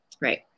Right